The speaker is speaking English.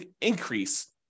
increase